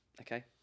Okay